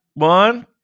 One